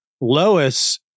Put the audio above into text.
Lois